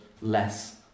less